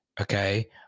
Okay